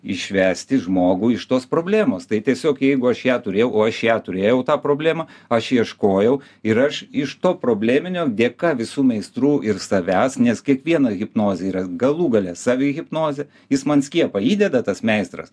išvesti žmogų iš tos problemos tai tiesiog jeigu aš ją turėjau o aš ją turėjau tą problemą aš ieškojau ir aš iš to probleminio dėka visų meistrų ir savęs nes kiekviena hipnozė yra galų gale savihipnozė jis man skiepą įdeda tas meistras